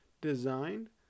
designed